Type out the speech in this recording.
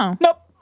Nope